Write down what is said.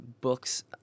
books